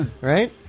Right